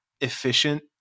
efficient